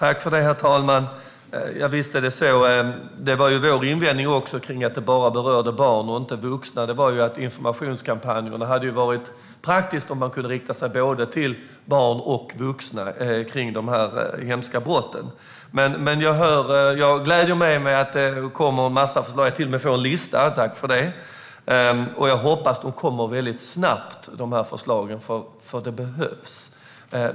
Herr talman! Visst är det så. Vår invändning mot att det bara berörde barn och inte vuxna var att det hade varit praktiskt om man i informationskampanjerna hade kunnat rikta sig både till barn och vuxna när det gäller dessa hemska brott. Men det gläder mig att det kommer en massa förslag. Vi får till och med en lista, vilket jag tackar för. Jag hoppas att dessa förslag kommer mycket snabbt, eftersom de behövs.